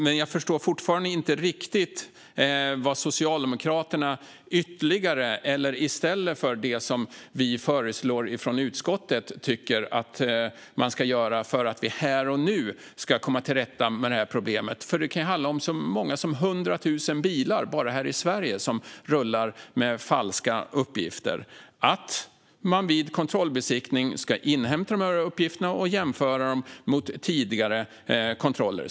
Men jag förstår fortfarande inte riktigt vad Socialdemokraterna ytterligare, eller i stället för det som vi i utskottet föreslår, tycker att man ska göra för att här och nu komma till rätta med detta problem. Det kan vara så många som 100 000 bilar bara här i Sverige som rullar med falska uppgifter. Vid kontrollbesiktning ska man inhämta uppgifterna och jämföra dem mot tidigare kontroller.